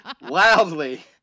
Loudly